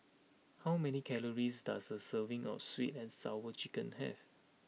how many calories does a serving of sweet and sour chicken have